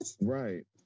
Right